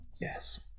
Yes